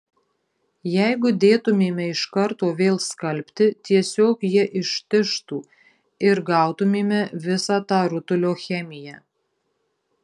jeigu dėtumėme iš karto vėl skalbti tiesiog jie ištižtų ir gautumėme visa tą rutulio chemiją